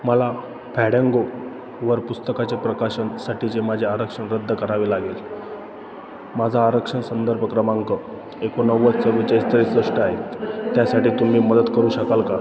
मला फॅड्यांंगोवर पुस्तकाचे प्रकाशनसाठीचे माझे आरक्षण रद्द करावे लागेल माझा आरक्षण संदर्भ क्रमांक एकोणनव्वद चव्वेचाळीस त्रेसष्ट आहे त्यासाठी तुम्ही मदत करू शकाल का